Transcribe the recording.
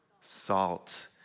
Salt